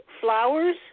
flowers